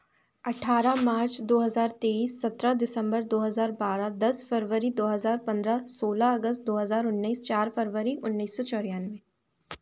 अठारह मार्च दो हज़ार तेइस सत्रह दिसम्बर दो हज़ार बारह दस फरवरी दो हज़ार पन्द्रह सोलह अगस्त दो हज़ार उन्नीस चार फरवरी उन्नीस सौ चौरानवे